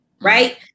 right